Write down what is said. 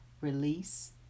release